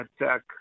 attack